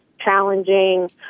challenging